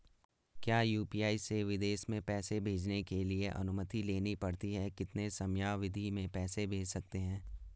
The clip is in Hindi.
क्या यु.पी.आई से विदेश में पैसे भेजने के लिए अनुमति लेनी पड़ती है कितने समयावधि में पैसे भेज सकते हैं?